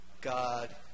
God